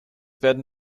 werden